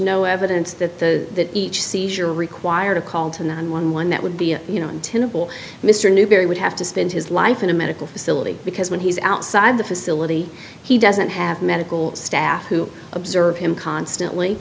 no evidence that the each seizure required a call to nine one one that would be you know until mr newberry would have to spend his life in a medical facility because when he's outside the facility he doesn't have medical staff who observe him constantly